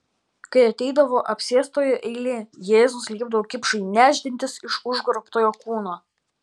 kai ateidavo apsėstojo eilė jėzus liepdavo kipšui nešdintis iš užgrobtojo kūno